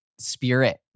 Spirit